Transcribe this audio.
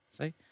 See